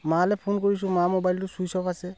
মালে ফোন কৰিছোঁ মাৰ ম'বাইলটো চুইচ অফ আছে